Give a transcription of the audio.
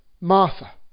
Martha